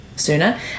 sooner